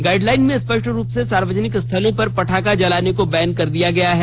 guideline में स्पष्ट रूप से सार्वजनिक स्थलों पर पटाखा जलाने को बैन कर दिया गया है